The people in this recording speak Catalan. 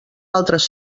altres